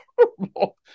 horrible